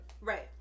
Right